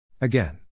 Again